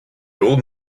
old